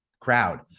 crowd